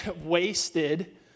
wasted